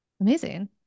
Amazing